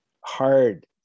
hard